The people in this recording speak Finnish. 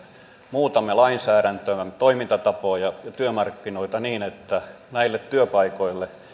muutamme lainsäädäntöä toimintatapoja ja työmarkkinoita niin että näille työpaikoille